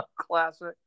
classic